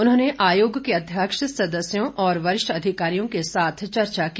उन्होंने आयोग के अध्यक्ष सदस्यों और वरिष्ठ अधिकारियों के साथ चर्चा की